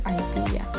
idea